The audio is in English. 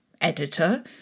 editor